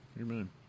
Amen